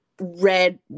red